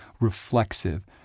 reflexive